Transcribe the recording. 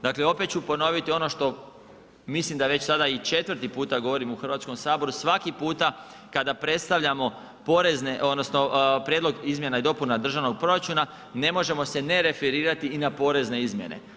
Dakle opet ću ponoviti ono što mislim da već sada i 4x govorim u Hrvatskom saboru, svaki puta kada predstavljamo porezne, odnosno Prijedlog izmjena i dopuna državnog proračuna ne možemo se ne referirati i na porezne izmjene.